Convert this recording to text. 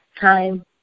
time